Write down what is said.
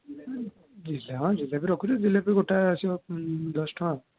ହଁ ଜିଲାପି ରଖୁଛୁ ଜିଲାପି ଗୋଟା ଆସିବ ଦଶ ଟଙ୍କା